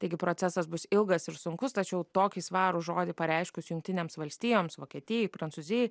taigi procesas bus ilgas ir sunkus tačiau tokį svarų žodį pareiškus jungtinėms valstijoms vokietijai prancūzijai